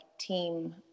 team